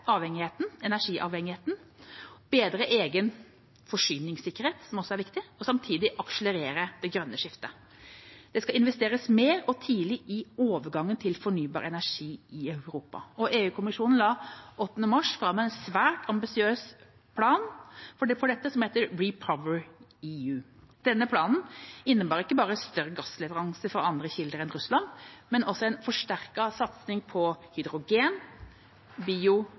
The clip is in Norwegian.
energiavhengigheten, bedre egen forsyningssikkerhet, som også er viktig, og samtidig akselerere det grønne skiftet. Det skal investeres mer og tidligere i overgangen til fornybar energi i Europa. EU-kommisjonen la 8. mars fram en svært ambisiøs plan for dette, som heter «RePower EU». Denne planen innebærer ikke bare større gassleveranser fra andre kilder enn Russland, men også en forsterket satsing på hydrogen,